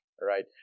right